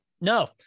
no